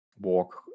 walk